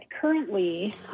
currently